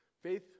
Faith